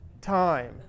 time